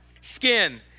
Skin